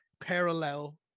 parallel